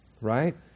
Right